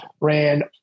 ran